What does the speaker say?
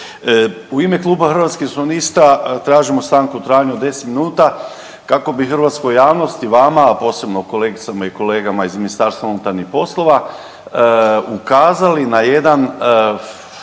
U ime Kluba Hrvatskih suverenista tražimo stanku u trajanju od 10 minuta kako bi hrvatskoj javnosti i vama, a posebno kolegicama i kolegama iz MUP-a ukazali na jedan